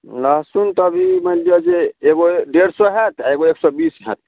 लहसुन तऽ अभी मानि लिअ जे एगो डेढ़ सए होयत एगो आ एगो एक सए बीस होयत